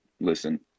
listen